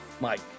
Mike